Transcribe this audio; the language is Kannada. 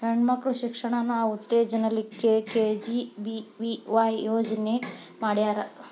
ಹೆಣ್ ಮಕ್ಳ ಶಿಕ್ಷಣಾನ ಉತ್ತೆಜಸ್ ಲಿಕ್ಕೆ ಕೆ.ಜಿ.ಬಿ.ವಿ.ವಾಯ್ ಯೋಜನೆ ಮಾಡ್ಯಾರ್